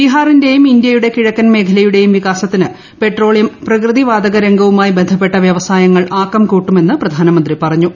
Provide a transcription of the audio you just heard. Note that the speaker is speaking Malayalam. ബീഹാറിന്റെയും ഇന്ത്യയുടെ കിഴക്കൻ മേഖലയുടെയും വികാസത്തിന് പെട്രോളിയം പ്രകൃതി വാതകരംഗവുമായി ബന്ധപ്പെട്ട വൃവസായങ്ങൾ ആക്കം കൂട്ടുമെന്ന് പ്രധാനമന്ത്രി പറഞ്ഞു